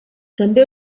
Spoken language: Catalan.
també